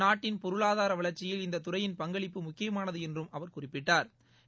நாட்டின் பொருளாதார வளர்ச்சியில் இந்த துறையின் பங்களிப்பு முக்கியமானது என்றும் அவர் குறிப்பிட்டா்